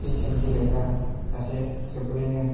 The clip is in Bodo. क्रिकेट गेलेग्रा सासे जोबोरैनो